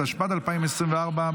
התשפ"ד 2024,